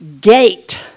gate